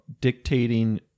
dictating